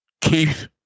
Keith